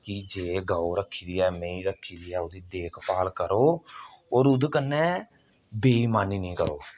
कि जे गौ रक्खी दी ऐ मेहीं रक्खी दी ऐ ओहदी देखभाल करो होर ओह्दे कन्नै बेइमानी नेईं करो